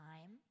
time